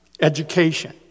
Education